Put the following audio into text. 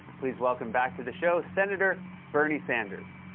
please welcome back to the show senator bernie sanders.